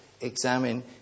Examine